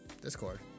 Discord